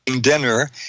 dinner